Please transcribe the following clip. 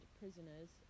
prisoners